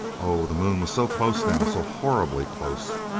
oh, the moon was so close now! so horribly close!